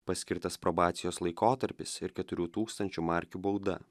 paskirtas probacijos laikotarpis ir keturių tūkstančių markių bauda